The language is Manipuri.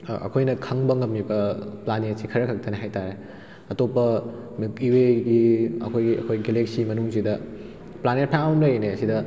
ꯑꯩꯈꯣꯏꯅ ꯈꯪꯕ ꯉꯝꯂꯤꯕ ꯄ꯭ꯂꯥꯅꯦꯠꯁꯤ ꯈꯔ ꯈꯛꯇꯅꯤ ꯍꯥꯏꯇꯥꯔꯦ ꯑꯇꯣꯞꯄ ꯃꯤꯜꯀꯤ ꯋꯦꯒꯤ ꯑꯩꯈꯣꯏꯒꯤ ꯑꯩꯈꯣꯏ ꯒꯦꯂꯦꯛꯁꯤ ꯃꯅꯨꯡꯁꯤꯗ ꯄ꯭ꯂꯥꯅꯦꯠ ꯐꯅꯌꯥꯝ ꯑꯃ ꯂꯩꯔꯤꯅꯦ ꯑꯁꯤꯗ